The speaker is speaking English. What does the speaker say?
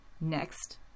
next